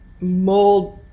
mold